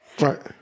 Right